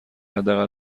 حداقل